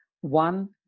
One